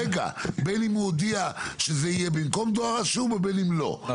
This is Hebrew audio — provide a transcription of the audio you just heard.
בין אם הוא הודיע שזה יהיה במקום דואר רשום ובין אם לא,